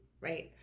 right